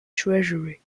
treasury